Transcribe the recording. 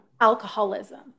alcoholism